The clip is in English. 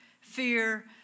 fear